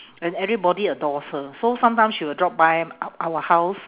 and everybody adores her so sometimes she will drop by our our house